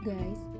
Guys